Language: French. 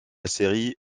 série